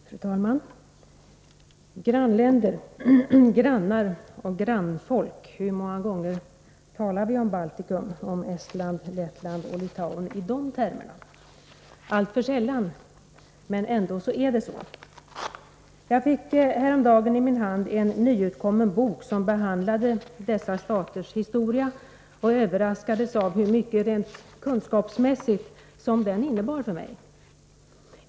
Fru talman! Grannländer, grannar, grannfolk... hur många gånger talar vi om Baltikum, om Estland, Lettland och Litauen i de termerna? Alltför sällan. Ändå är det så. Jag fick häromdagen i min hand en nyutkommen bok som behandlade dessa staters historia och överraskades av hur mycket — rent kunskapsmässigt — som den innebar för mig.